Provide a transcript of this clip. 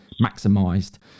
maximized